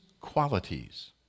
qualities